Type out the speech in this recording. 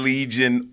Legion